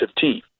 team